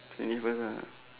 finish first lah